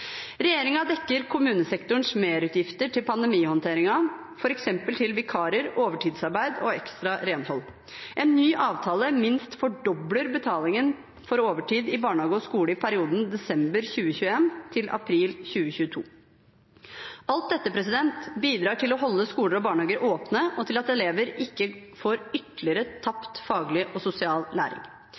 dekker kommunesektorens merutgifter til pandemihåndteringen, f.eks. til vikarer, overtidsarbeid og ekstra renhold. En ny avtale minst fordobler betalingen for overtid i barnehage og skole i perioden fra desember 2021 til april 2022. Alt dette bidrar til å holde skoler og barnehager åpne og til at elever ikke får ytterligere tapt faglig og sosial læring.